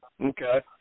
Okay